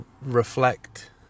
reflect